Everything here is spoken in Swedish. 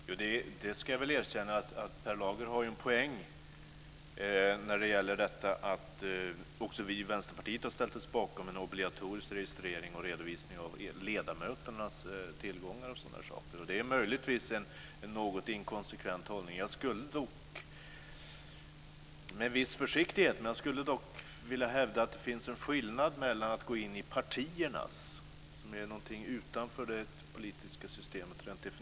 Fru talman! Jag ska jag väl erkänna att Per Lager har en poäng när det gäller detta att också vi i Vänsterpartiet har ställt oss bakom en obligatorisk registrering och redovisning av ledamöternas tillgångar och sådana saker. Det är möjligtvis en något inkonsekvent hållning. Jag skulle dock, om än med viss försiktighet, vilja hävda att det finns en skillnad i fråga om detta att gå in i partierna, som ju rent defintionsmässigt står utanför det politiska systemet.